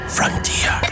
Frontier